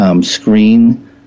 screen